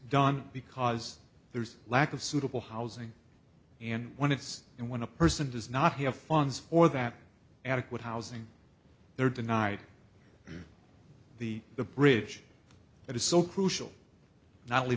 done because there's lack of suitable housing and when it's and when a person does not have funds or that adequate housing they are denied the the bridge that is so crucial not only